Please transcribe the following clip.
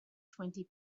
twenty